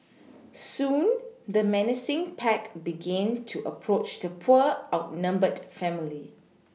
soon the menacing pack began to approach the poor outnumbered family